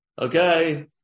okay